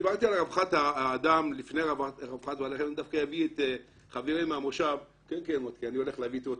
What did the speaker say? דיברתי על רווחת האדם לפני רווחת בעלי החיים ואני אביא את מוטקה כדוגמה.